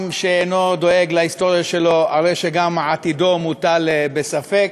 עם שאינו דואג להיסטוריה שלו, גם עתידו מוטל בספק.